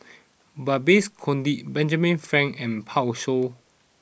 Babes Conde Benjamin Frank and Pan Shou